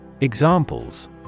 Examples